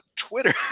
twitter